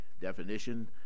definition